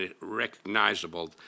recognizable